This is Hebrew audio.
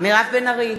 מירב בן ארי,